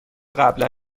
قبلا